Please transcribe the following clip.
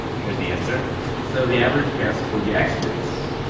here's the answer so the average guess for the experts